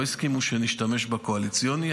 לא הסכימו שנשתמש בקואליציוני,